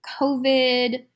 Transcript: COVID